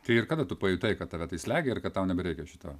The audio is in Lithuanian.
tai ir kada tu pajutai kad tave tai slegia ir kad tau nebereikia šito